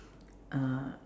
uh